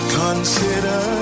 consider